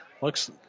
Looks